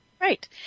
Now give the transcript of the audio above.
Right